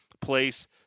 place